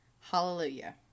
Hallelujah